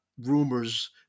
rumors